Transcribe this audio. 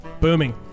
Booming